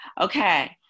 Okay